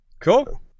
Cool